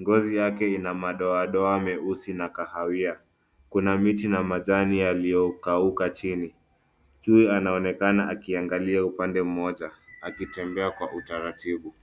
Ngozi yake ina madoadoa meusi na kahawia. Kuna miti na majani yaliyokauka chini. Chui anaonekana akiangalia upande mmoja akitembea kwa utaratibu.